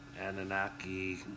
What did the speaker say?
Anunnaki